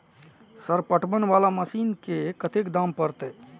Sir पटवन वाला machine के कतेक दाम परतें?